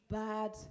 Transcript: bad